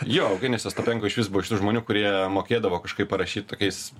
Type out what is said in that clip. jo eugenijus ostapenko išvis buvo iš tų žmonių kurie mokėdavo kažkaip parašyt tokiais